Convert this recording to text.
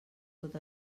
tot